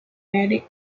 mary